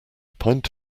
pint